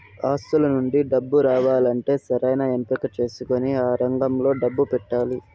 ఆస్తుల నుండి డబ్బు రావాలంటే సరైన ఎంపిక చేసుకొని ఆ రంగంలో డబ్బు పెట్టాలి